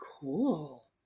cool